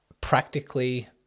practically